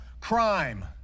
crime